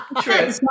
True